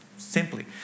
Simply